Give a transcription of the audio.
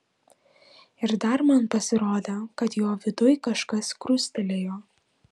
ir dar man pasirodė kad jo viduj kažkas krustelėjo